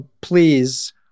please